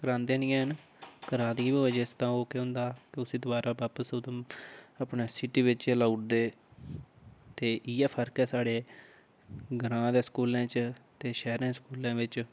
करांदे निं हैन करादी होऐ जिस तां ओह् केह् होंदा उसी दोबारा बापस अपनी सिटी बिच गै लाऊ ओड़दे ते इ'यै फर्क ऐ साढ़े ग्रांऽ दे स्कूलें च ते शैह्रें दे स्कूलें बिच